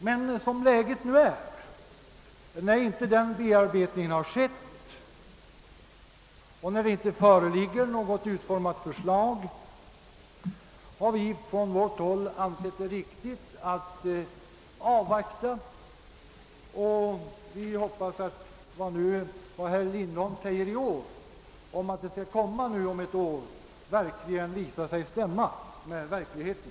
Men som läget nu är, när inte den bearbetningen har skett och när det inte föreligger något utformat förslag, har vi från vårt håll ansett det riktigt att avvakta, och vi hoppas, att herr Lindholms försäkran att det skall framläggas förslag om ett år skall visa sig stämma med verkligheten.